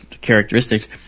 characteristics